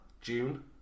June